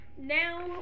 now